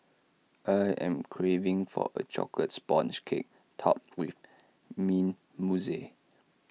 I am craving for A Chocolate Sponge Cake Topped with Mint Mousse